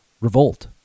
Revolt